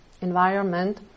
environment